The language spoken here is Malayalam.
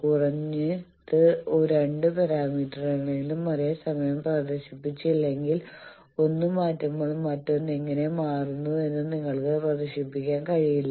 കുറഞ്ഞത് രണ്ട് പാരാമീറ്ററുകളെങ്കിലും ഒരേസമയം പ്രദർശിപ്പിച്ചില്ലെങ്കിൽ ഒന്ന് മാറ്റുമ്പോൾ മറ്റൊന്ന് എങ്ങനെ മാറുന്നുവെന്ന് നിങ്ങൾക്ക് പ്രദർശിപ്പിക്കാൻ കഴിയില്ല